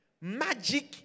magic